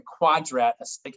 quadrat